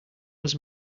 was